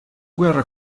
guerra